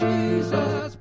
Jesus